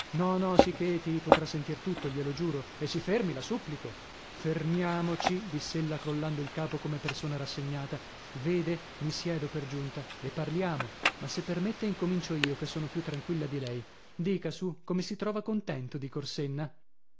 no no si cheti potrà sentir tutto glielo giuro e si fermi la supplico fermiamoci diss'ella crollando il capo come persona rassegnata vede mi siedo per giunta e parliamo ma se permette incomincio io che sono più tranquilla di lei dica su come si trova contento di corsenna